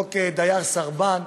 לחוק דייר סרבן,